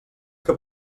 que